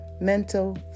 mental